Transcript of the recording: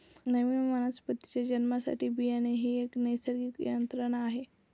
नवीन वनस्पतीच्या जन्मासाठी बियाणे ही एक नैसर्गिक यंत्रणा आहे